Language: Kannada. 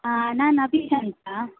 ಹಾಂ ನಾನು ಅಭೀಷ್ ಅಂತ